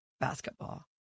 basketball